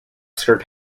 skirt